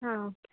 ಹಾಂ ಓಕೆ